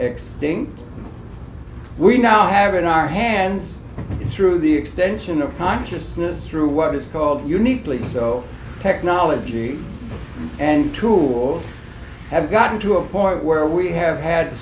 extinct we now have in our hands through the extension of consciousness through what is called uniquely so technology and tools have gotten to a point where we have had